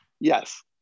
yes